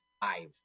five